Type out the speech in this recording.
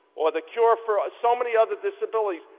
or the cure for so many other disabilities,